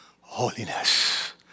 holiness